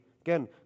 Again